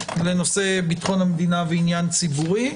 לנושא ביטחון המדינה ועניין ציבורי,